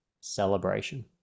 celebration